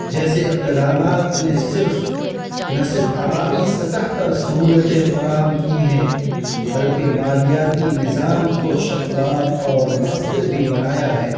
جیسے اخقتدامات نے صرف نہ صرف عوامی سطح پر سہولتیں فراہم کی ہیں بلکہ مالیاتی نظام کو شفاف اور مؤثر بھی بنایا ہے